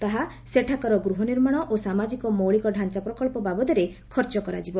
ତାହା ସେଠାକାର ଗୃହନିର୍ମାଣ ଓ ସାମାଜିକ ମୌଳିକଢ଼ାଞ୍ଚା ପ୍ରକଳ୍ପ ବାବଦରେ ଖର୍ଚ୍ଚ କରାଯିବ